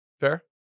fair